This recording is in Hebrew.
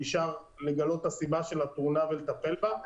אפשר לגלות את הסיבה של התאונה ולטפל בה,